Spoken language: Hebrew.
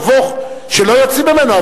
מבוך שלא יוצאים ממנו.